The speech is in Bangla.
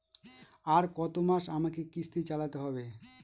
আর কতমাস আমাকে কিস্তি চালাতে হবে?